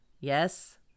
Yes